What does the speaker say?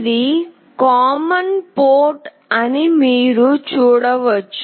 ఇది సాధారణ పోర్టు అని మీరు చూడవచ్చు